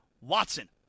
Watson